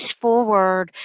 forward